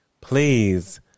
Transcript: Please